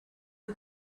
who